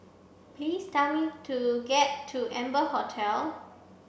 please tell me to get to Amber Hotel